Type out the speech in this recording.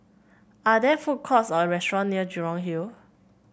are there food courts or restaurant near Jurong Hill